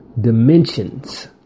Dimensions